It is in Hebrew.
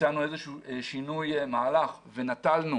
ביצענו איזשהו שינוי מהלך ונטלנו